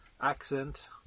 accent